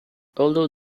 although